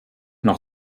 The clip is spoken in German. noch